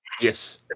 Yes